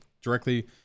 directly